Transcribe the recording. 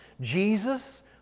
Jesus